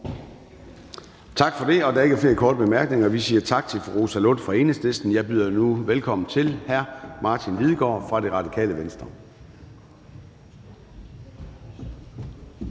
Gade): Der er ikke flere korte bemærkninger, så vi siger tak til fru Rosa Lund fra Enhedslisten. Jeg byder nu velkommen til hr. Martin Lidegaard fra Radikale Venstre.